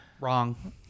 wrong